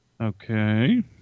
Okay